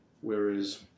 Whereas